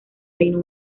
reino